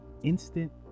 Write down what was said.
instant